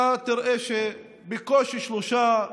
אתה תראה שבקושי 3%,